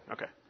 Okay